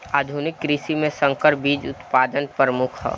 आधुनिक कृषि में संकर बीज उत्पादन प्रमुख ह